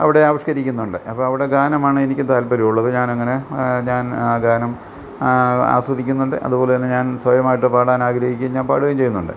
അവിടെ ആവിഷ്ക്കരിക്കുന്നുണ്ട് അപ്പം അവിടെ ഗാനമാണ് എനിക്കും താൽപ്പര്യുള്ളത് ഞാനങ്ങനെ ഞാൻ ഗാനം ആസ്വദിക്കുന്നുണ്ട് അതുപോലെ തന്നെ ഞാൻ സ്വയമായിട്ട് പാടാനാഗ്രഹിക്കും ഞാൻ പാടുകയും ചെയ്യുന്നുണ്ട്